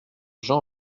jean